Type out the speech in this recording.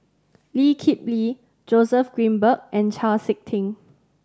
Lee Kip Lee Joseph Grimberg and Chau Sik Ting